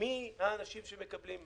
- מי האנשים שמקבלים,